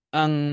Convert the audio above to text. ang